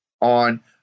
on